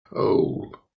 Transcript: hole